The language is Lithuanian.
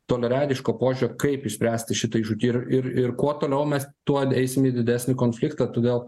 toliaregiško požiūrio kaip išspręsti šitą iššūkį ir ir ir kuo toliau mes tuon eisim į didesnį konfliktą todėl